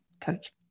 coach